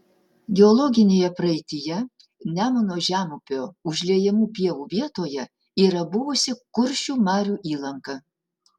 geologinėje praeityje nemuno žemupio užliejamų pievų vietoje yra buvusi kuršių marių įlanka